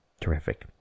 Terrific